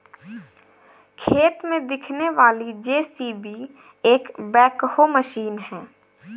खेत में दिखने वाली जे.सी.बी एक बैकहो मशीन है